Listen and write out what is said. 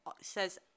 says